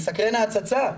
מסקרנת ההצצה,